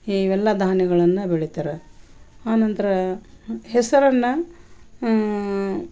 ಇವೆಲ್ಲ ಧಾನ್ಯಗಳನ್ನು ಬೆಳಿತಾರೆ ಆನಂತರ ಹೆಸರನ್ನು